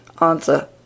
Answer